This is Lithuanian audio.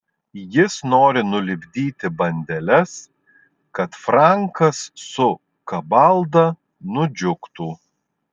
jis nori nulipdyti bandeles kad frankas su kabalda nudžiugtų